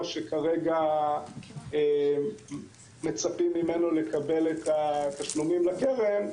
שכרגע מצפים לקבל ממנו את התשלומים לקרן,